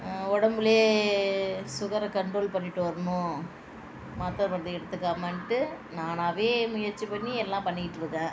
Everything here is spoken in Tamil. உடம்புலே சுகரை கண்ட்ரோல் பண்ணிகிட்டு வரணும் மாத்தர மருந்து எடுத்துகாமண்ட்டு நானாகவே முயற்சி பண்ணி எல்லாம் பண்ணிகிட்டு இருக்கேன்